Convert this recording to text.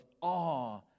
awe